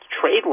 Trade